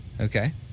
okay